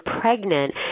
pregnant